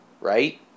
right